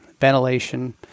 Ventilation